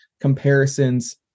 comparisons